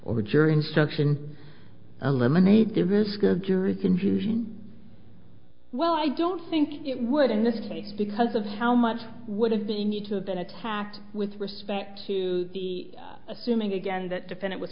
or jury instruction eliminate the risk of jury confusion well i don't think it would in this case because of how much would have the need to have been attacked with respect to the assuming again that defend it was